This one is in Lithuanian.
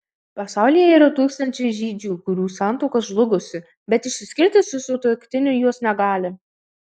pasaulyje yra tūkstančiai žydžių kurių santuoka žlugusi bet išsiskirti su sutuoktiniu jos negali